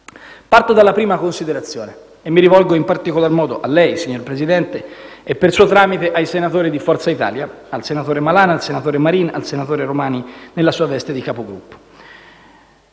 Parto dalla prima considerazione e mi rivolgo, in particolar modo, a lei, signor Presidente, e per suo tramite ai senatori di Forza Italia: al senatore Malan, al senatore Marin e al senatore Paolo Romani nella sua veste di Capogruppo.